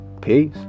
Peace